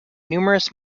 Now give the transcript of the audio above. numerous